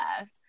left